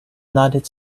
united